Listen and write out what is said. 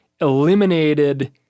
eliminated